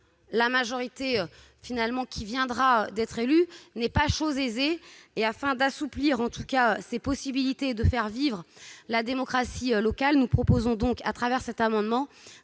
la majorité qui viendra d'être désignée, ce n'est pas chose aisée. Afin d'assouplir les possibilités de faire vivre la démocratie locale, nous proposons donc de faire passer